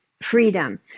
freedom